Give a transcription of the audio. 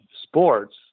sports